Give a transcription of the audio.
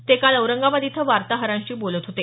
ते काल औरंगाबाद इथं वार्ताहरांशी बोलत होते